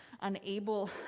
unable